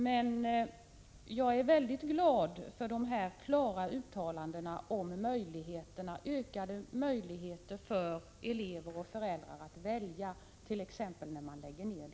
S Jag är mycket glad över de klara uttalandena om ökade möjligheter för elever och föräldrar att välja, t.ex. när deras skola läggs ned.